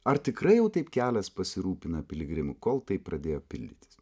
ar tikrai jau taip kelias pasirūpina piligrimu kol tai pradėjo pildytis